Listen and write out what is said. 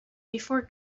before